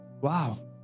Wow